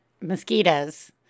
mosquitoes